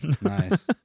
Nice